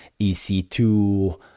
ec2